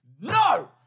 no